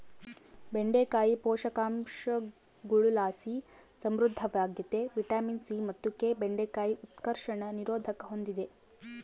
ಬೆಂಡೆಕಾಯಿ ಪೋಷಕಾಂಶಗುಳುಲಾಸಿ ಸಮೃದ್ಧವಾಗ್ಯತೆ ವಿಟಮಿನ್ ಸಿ ಮತ್ತು ಕೆ ಬೆಂಡೆಕಾಯಿ ಉತ್ಕರ್ಷಣ ನಿರೋಧಕ ಹೂಂದಿದೆ